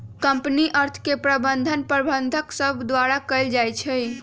company अर्थ के प्रबंधन प्रबंधक सभ द्वारा कएल जाइ छइ